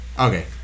Okay